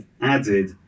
added